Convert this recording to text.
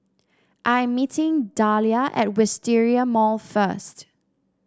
I am meeting Dahlia at Wisteria Mall first